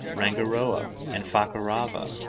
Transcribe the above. rangiroa, and fakarava,